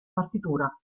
partitura